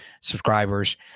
subscribers